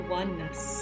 oneness